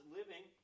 living